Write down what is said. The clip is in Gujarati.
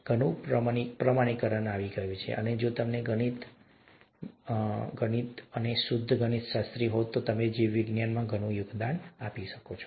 ઘણું પ્રમાણીકરણ આવી ગયું છે અને જો તમને ગણિત ગમે તો પણ ઘણું ગણિત છે અને જો તમે શુદ્ધ ગણિતશાસ્ત્રી હોવ તો પણ તમે જીવવિજ્ઞાનમાં ઘણું યોગદાન આપી શકશો